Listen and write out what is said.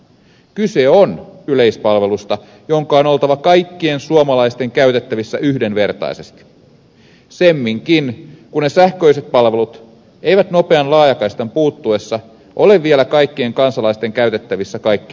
kyse on yleispalvelusta jonka on oltava kaikkien suomalaisten käytettävissä yhdenvertaisesti semminkin kun ne sähköiset palvelut eivät nopean laajakaistan puuttuessa ole vielä kaikkien kansalaisten käytettävissä kaikkialla suomessa